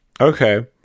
Okay